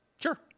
Sure